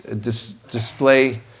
display